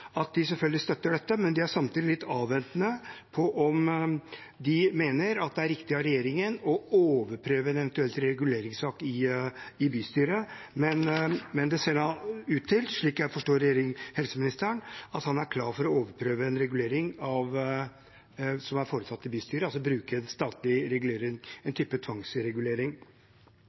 at de selvfølgelig støtter dette, men de er samtidig litt avventende med tanke på om de mener det er riktig av regjeringen å overprøve en eventuell reguleringssak i bystyret. Det ser da ut til, slik jeg forstår helseministeren, at han er klar til å overprøve en regulering som er foretatt i bystyret, altså bruke statlig regulering, en type tvangsregulering.